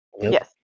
Yes